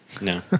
No